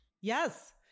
Yes